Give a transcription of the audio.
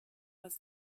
was